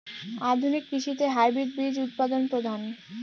আধুনিক কৃষিতে হাইব্রিড বীজ উৎপাদন প্রধান